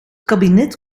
kabinet